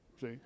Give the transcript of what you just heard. See